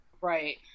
right